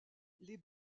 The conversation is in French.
les